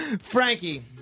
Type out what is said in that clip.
Frankie